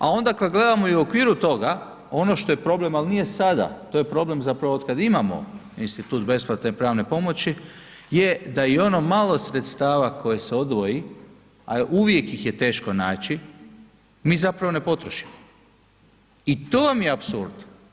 A onda kada gledamo i u okviru toga ono što je problem ali nije sada, to je problem zapravo od kada imamo institut besplatne pravne pomoći je da ono malo sredstava koje se odvoji a uvijek ih je teško naći mi zapravo ne potrošimo i to vam je apsurd.